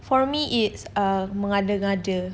for me it's err mengada-ngada